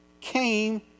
came